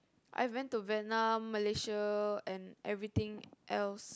I went to Vietnam Malaysia and everything else